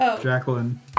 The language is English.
Jacqueline